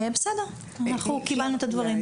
בסדר, קיבלנו את הדברים.